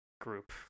group